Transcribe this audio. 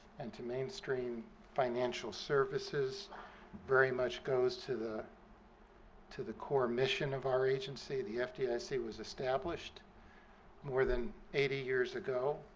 and to mainstream financial services very much goes to the to the core mission of our agency. the fdic was established more than eighty years ago